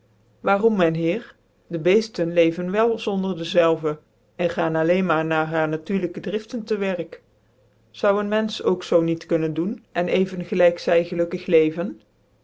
waarom mijn heer dc heeften urn wel zonder dezelvcn en gaan alleen maar na haar natuurlijke driften tc werk zoude een menfeh ook zoo niet kunnen doen en even gelijk zy gelukkig leven